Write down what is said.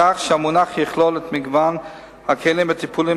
כך שהמונח יכלול את מגוון הכלים הטיפוליים